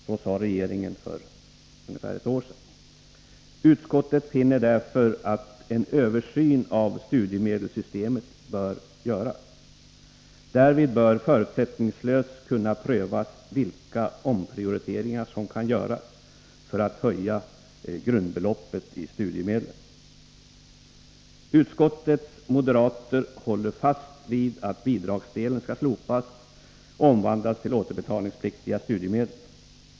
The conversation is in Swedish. Så sade regeringen för ungefär ett år sedan. Utskottet finner därför att en översyn av studiemedelssystemet bör göras. Därvid bör förutsättningslöst kunna prövas vilka omprioriteringar som kan göras för att höja studiemedlens grundbelopp. Utskottets moderater håller fast vid att bidragsdelen skall slopas och omvandlas till återbetalningspliktiga studiemedel.